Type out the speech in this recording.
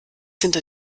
hinter